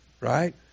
right